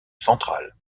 central